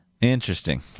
Interesting